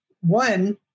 One